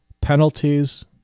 penalties